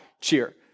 cheer